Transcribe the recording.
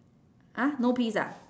!huh! no peas ah